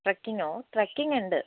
ട്രക്കിങ്ങോ trekking ഉണ്ട്